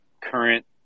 current